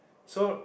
so